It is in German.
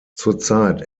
zurzeit